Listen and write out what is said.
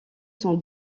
son